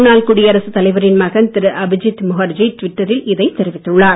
முன்னாள் குடியரசு தலைவரின் மகன் திரு அபிஜீத் முகர்ஜி டிவிட்டரில் இதை அறிவித்துள்ளார்